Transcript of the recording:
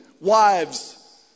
wives